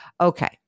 Okay